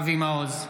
אבי מעוז,